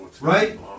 Right